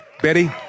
Betty